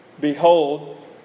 Behold